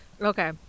okay